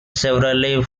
severely